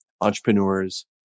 entrepreneurs